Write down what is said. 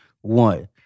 One